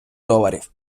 доларів